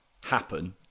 happen